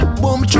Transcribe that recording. boom